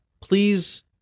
please